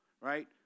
right